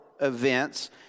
events